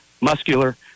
muscular